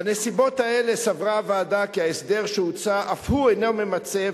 בנסיבות האלה סברה הוועדה כי ההסדר שהוצע אף הוא אינו ממצה,